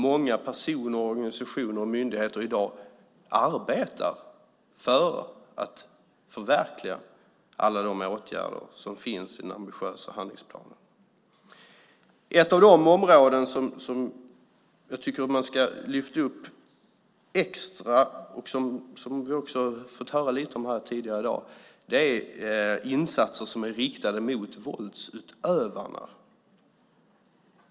Många personer, organisationer och myndigheter arbetar i dag för att förverkliga alla de åtgärder som finns i den ambitiösa handlingsplanen. Ett av de områden som jag tycker att man ska lyfta upp extra och som vi också har fått höra lite om här tidigare i dag är insatser som är riktade mot våldsutövarna.